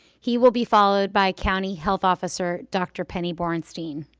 he will be followed by county health officer dr. penny borenstein.